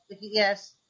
yes